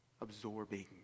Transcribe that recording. absorbing